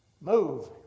Move